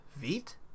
Feet